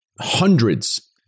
hundreds